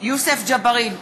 יוסף ג'בארין,